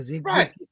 Right